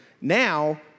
Now